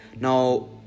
Now